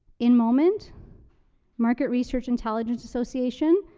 inmoment, market research intelligence association,